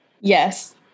Yes